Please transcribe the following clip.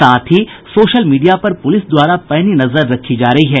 साथ ही social media पर पुलिस द्वारा पैनी नजर रखी जा रही है